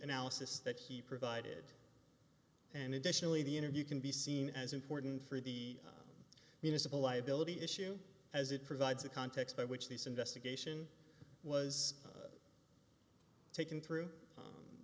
analysis that he provided and additionally the interview can be seen as important for the municipal liability issue as it provides a context by which this investigation was taken through